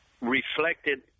reflected